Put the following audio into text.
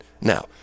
Now